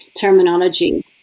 terminology